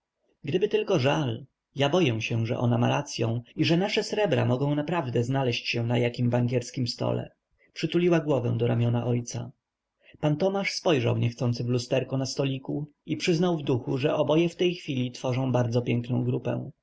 gdyby tylko żal ja boję się że ona ma racyą i że nasze srebra mogą naprawdę znaleźć się na jakim bankierskim stole przytuliła głowę do ramienia ojca pan tomasz spojrzał niechcący w lusterko na stoliku i przyznał w duchu że oboje w tej chwili tworzą bardzo piękną grupę